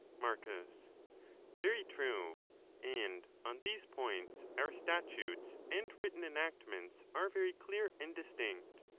marcus very true and on these points our statutes and written enactments are very clear and distinct.